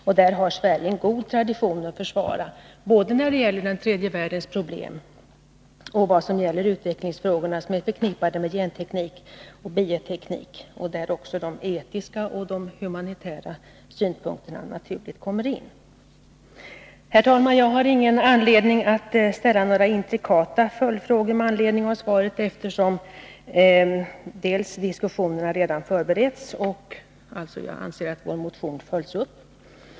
Sverige har en god tradition att försvara i detta avseende gentemot tredje världen och när det gäller de utvecklingsfrågor som är förknippade med genteknik och bioteknik, där också etiska och humanitära synpunkter naturligt kommer in. Herr talman! Jag har ingen anledning att ställa några intrikata följdfrågor med anledning av svaret, eftersom diskussionerna redan föreberetts och jag alltså anser att vår motion har följts upp.